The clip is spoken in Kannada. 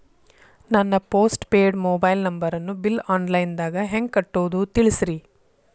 ನನ್ನ ಪೋಸ್ಟ್ ಪೇಯ್ಡ್ ಮೊಬೈಲ್ ನಂಬರನ್ನು ಬಿಲ್ ಆನ್ಲೈನ್ ದಾಗ ಹೆಂಗ್ ಕಟ್ಟೋದು ತಿಳಿಸ್ರಿ